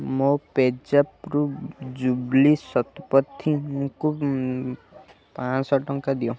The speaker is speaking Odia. ମୋ ପେଜାପରୁ ଜୁବ୍ଲି ଶତପଥୀଙ୍କୁ ପାଞ୍ଚଶହ ଟଙ୍କା ଦିଅ